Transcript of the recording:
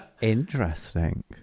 Interesting